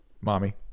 Mommy